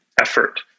effort